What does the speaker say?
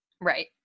Right